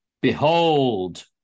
Behold